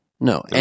No